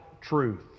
truth